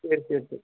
சரி சரி சரி